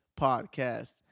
podcast